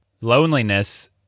loneliness